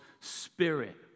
spirit